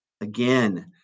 again